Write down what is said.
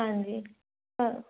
ਹਾਂਜੀ